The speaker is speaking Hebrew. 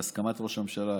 בהסכמת ראש הממשלה,